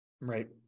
Right